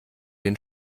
den